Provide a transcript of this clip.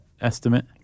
estimate